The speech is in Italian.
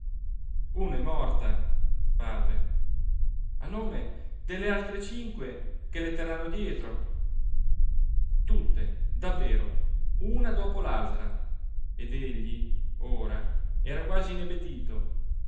una è morta padre a nome delle altre cinque che le terranno dietro tutte davvero una dopo l'altra ed egli ora era quasi inebetito